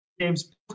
James